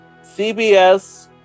CBS